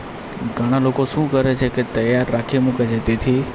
ઘણાં લોકો શું કરે છે કે તૈયાર રાખી મૂકે છે તેથી